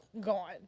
gone